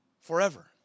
forever